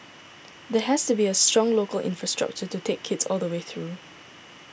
there has to be a strong local infrastructure to take kids all the way through